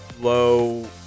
low